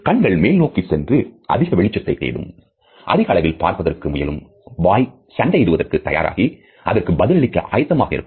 கண்கள் மேல் நோக்கி சென்று அதிக வெளிச்சத்தை தேடும் அதிக அளவில் பார்ப்பதற்கு முயலும் வாய் சண்டையிடுவதற்கு தயாராகி அதற்கு பதிலளிக்க ஆயத்தமாக இருக்கும்